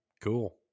cool